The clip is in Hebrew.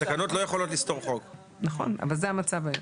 בבקשה.